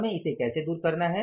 हमें इसे कैसे दूर करना है